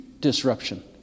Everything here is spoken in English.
disruption